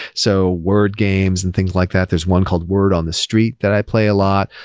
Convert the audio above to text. so, word games, and things like that. there's one called word on the street that i play a lot.